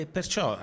Perciò